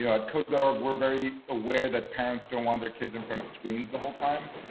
you know i'd code that are we're very aware that parents don't want their kids in front of screens the whole time.